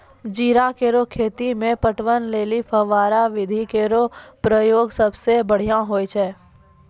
जीरा केरो खेती म पटवन लेलि फव्वारा विधि केरो प्रयोग सबसें बढ़ियां होय छै